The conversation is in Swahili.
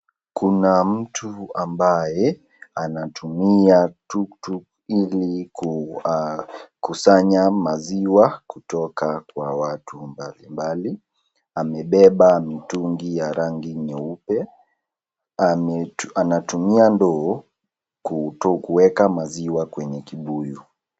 Kuna mtu ambaye anatumia tuktuk ili kusanya maziwa kutoka kwa watu mbali mbali. Amebeba mtungi ya rangi nyeupe. Anatumia ndoo kuweka maziwa kwenye kibuyu.